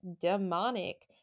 demonic